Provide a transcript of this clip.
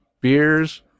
beers